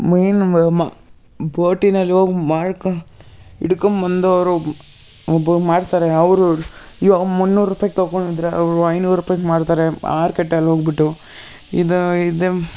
ಮೀನು ಮ ಮ ಬೋಟಿನಲ್ಲಿ ಹೋಗಿ ಮಾಡ್ಕೊಂಡು ಹಿಡ್ಕೊಂಬುದು ಅವರು ಒಬ್ಬರು ಮಾರ್ತಾರೆ ಅವರು ಈವಾಗ ಮುನ್ನೂರು ರೂಪಾಯಿ ತಗೊಂಡ್ರೆ ಅವರು ಐನೂರು ರೂಪಾಯಿಗೆ ಮಾರ್ತಾರೆ ಮಾರ್ಕೆಟಲ್ಲಿ ಹೋಗಿಬಿಟ್ಟು ಇದು ಇದು